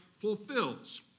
fulfills